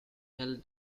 held